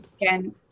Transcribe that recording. again